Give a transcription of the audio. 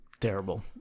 Terrible